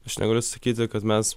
aš negaliu sakyti kad mes